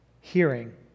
hearing